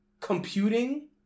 Computing